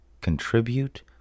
contribute